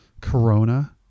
Corona